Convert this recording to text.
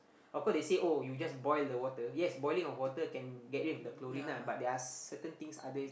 of course they say oh you just boil the water yes boiling of water can get rid of the chlorine lah but there are certain things other